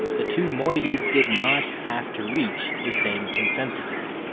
the two moieties did not have to reach the same consensuses.